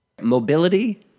mobility